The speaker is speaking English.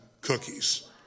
cookies